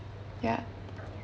ya